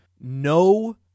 no